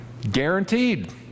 Guaranteed